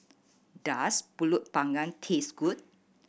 does Pulut Panggang taste good